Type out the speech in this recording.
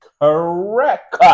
Correct